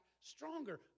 stronger